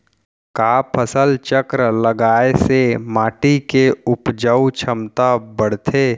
का फसल चक्र लगाय से माटी के उपजाऊ क्षमता बढ़थे?